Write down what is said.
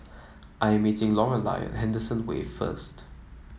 I'm meeting Lorelai Henderson Wave first